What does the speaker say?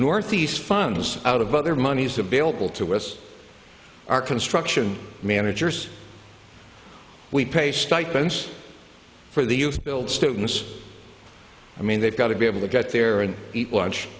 northeast funds out of other monies available to us our construction managers we pay stipends for the youth build students i mean they've got to be able to get there and eat lunch